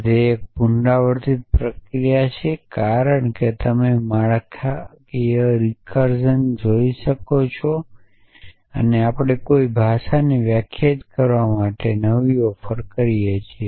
આ એક પુનરાવર્તિત વ્યાખ્યા છે કારણ કે તમે આ માળખાકીય રિકર્ઝન જોશો જે આપણે કોઈ ભાષાને વ્યાખ્યાયિત કરવા માટે નવી ઓફર કરીએ છીએ